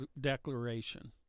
declaration